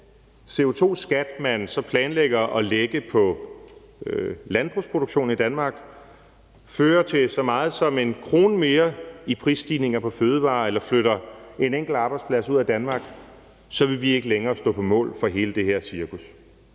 hvis den CO2-skat, man så planlægger at lægge på landbrugsproduktionen i Danmark, fører til så meget som en krone mere i prisstigninger på fødevarer, eller den flytter bare en enkelt arbejdsplads ud af Danmark, så vil vi ikke længere stå på mål for hele det her cirkus.